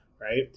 right